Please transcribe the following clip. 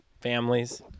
families